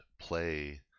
play